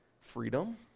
freedom